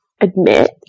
admit